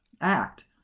act